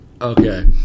Okay